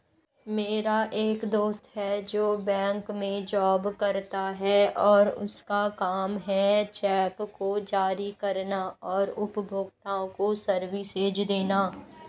मेरा एक दोस्त है जो बैंक में जॉब करता है और उसका काम है चेक को जारी करना और उपभोक्ताओं को सर्विसेज देना